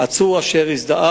אדוני השר.